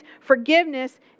forgiveness